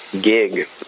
gig